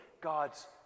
God's